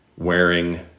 Wearing